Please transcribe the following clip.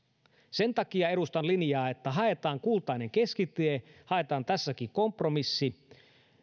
sen takia edustan linjaa että haetaan kultainen keskitie haetaan tässäkin kompromissi